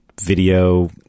video